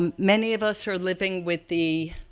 um many of us are living with the